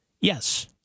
Yes